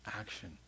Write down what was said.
action